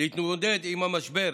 להתמודד עם המשבר,